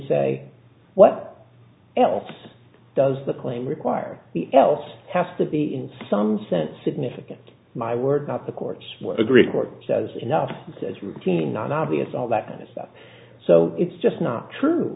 say what else does the claim require else has to be in some sense significant my word not the courts agree court says enough says routine non obvious all that kind of stuff so it's just not true